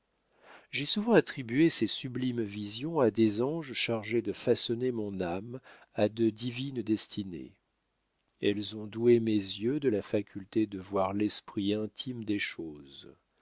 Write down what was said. j'ai souvent attribué ces sublimes visions à des anges chargés de façonner mon âme à de divines destinées elles ont doué mes yeux de la faculté de voir l'esprit intime des choses